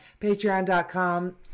patreon.com